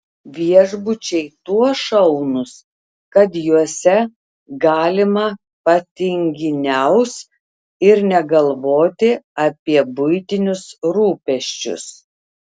viešbučiai tuo šaunūs kad juose galima patinginiaus ir negalvoti apie buitinius rūpesčius